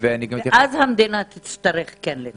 ואז המדינה תצטרך כלא.